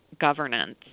governance